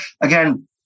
again